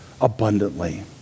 abundantly